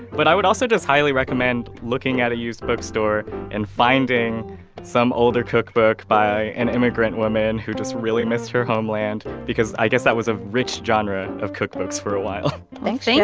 but i would also just highly recommend looking at a used bookstore and finding some older cookbook by an immigrant woman who just really missed her homeland because, i guess, that was a rich genre of cookbooks for a while thanks,